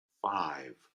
five